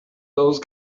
those